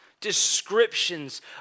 descriptions